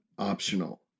optional